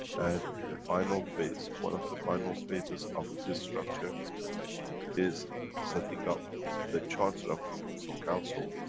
and the final phase, one of the final phases of this structure is setting up the charter of universal council.